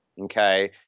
okay